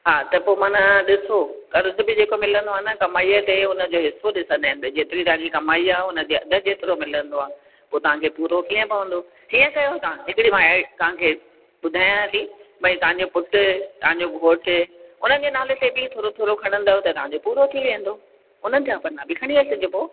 हा त पोइ माना ॾिसो कर्ज़ु बि जेको मिलंदो आहे न कमाईअ ते उनजो हिसो ॾिसंदा आहिनि त जेतिरी तव्हांजी कमाई आहे न उनजे अधु जेतिरो मिलंदो आहे पोइ तव्हांखे पूरो कीअं पवंदो इअं कयो तव्हां हिकिड़ी मां तव्हांखे ॿुधायां थी भइ तव्हांजो पुटु तव्हांजो घोटु उन्हनि जे नाले ते बि थोरो थोरो खणंदव त तव्हांजो पूरो थी वेंदो उन्हनि जा पना बि खणी अचिजो पोइ